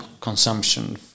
consumption